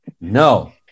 no